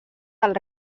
del